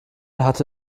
hatte